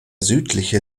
südliche